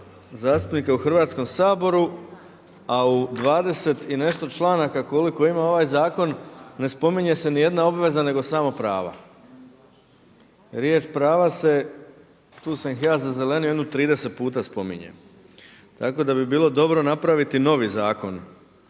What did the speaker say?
zastupnika u Hrvatskom saboru a u 20 i nešto članaka koliko ima ovaj zakon ne spominje se ni jedna obveza nego samo prava. Riječ prava se, tu sam ih ja zazelenio jedno 30 puta spominje. Tako da bi bilo dobro napraviti novi zakon